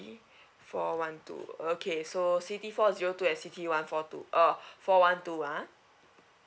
four one two okay so C T four zero two at C T one four two uh four one two ah